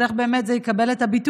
אז איך באמת זה יקבל את הביטוי?